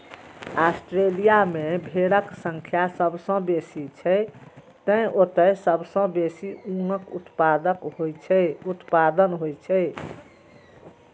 Australia मे भेड़क संख्या सबसं बेसी छै, तें ओतय सबसं बेसी ऊनक उत्पादन होइ छै